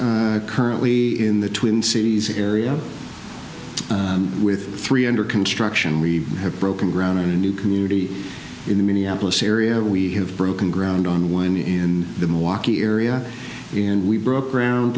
currently in the twin cities area with three under construction we have broken ground in a new community in the minneapolis area we have broken ground on one in the moore walky area and we broke ground